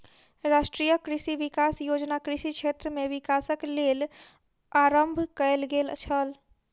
राष्ट्रीय कृषि विकास योजना कृषि क्षेत्र में विकासक लेल आरम्भ कयल गेल छल